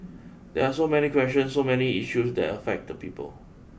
there are so many questions so many issues that affect the people